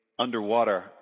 Underwater